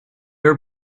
are